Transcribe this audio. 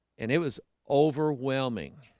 and it was overwhelming.